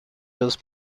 las